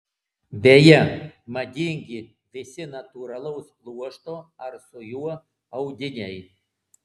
beje madingi visi natūralaus pluošto ar su juo audiniai